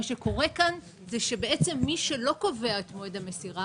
מה שקורה כאן זה שבעצם מי שלא קובע את מועד המסירה